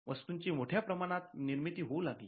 वस्तूंची मोठ्या प्रमाणावर निर्मिती होऊ लागली